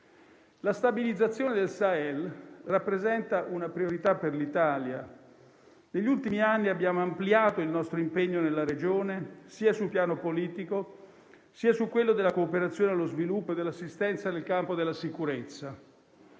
La stabilizzazione del Sahel rappresenta una priorità per l'Italia. Negli ultimi anni abbiamo ampliato il nostro impegno nella regione sia sul piano politico, sia su quello della cooperazione allo sviluppo e dell'assistenza nel campo della sicurezza.